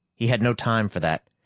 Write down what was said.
he had no time for that.